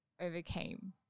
overcame